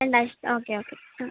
രണ്ട് okay okay ആ